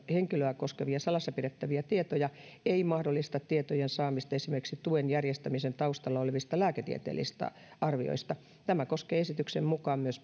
henkilöä koskevia salassa pidettäviä tietoja ei mahdollista tietojen saamista esimerkiksi tuen järjestämisen taustalla olevista lääketieteellisistä arvioista tämä koskee esityksen mukaan myös